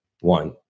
one